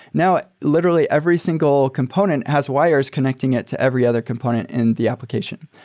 now, literally, every single component has wires connecting it to every other component in the application.